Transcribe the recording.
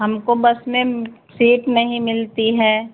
हमको बस में सीट नहीं मिलती है